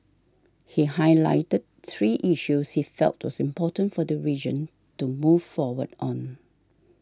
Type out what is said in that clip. he highlighted three issues he felt was important for the region to move forward on